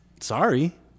sorry